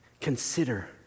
consider